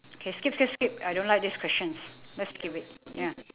K skip skip skip I don't like this questions let's skip it ya